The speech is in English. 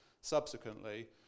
subsequently